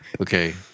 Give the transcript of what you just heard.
Okay